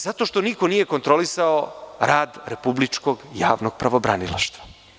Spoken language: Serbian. Zato što niko nije kontrolisao rad Republičkog javnog pravobranilaštva.